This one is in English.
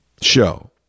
show